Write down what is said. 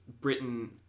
Britain